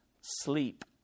sleep